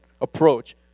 approach